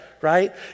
right